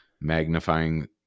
magnifying